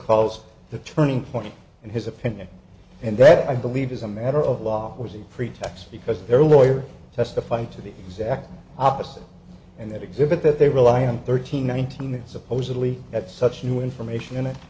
calls the turning point in his opinion and that i believe as a matter of law was a pretext because their lawyer testified to the exact opposite and that exhibit that they rely on thirteen nineteen supposedly at such new information in it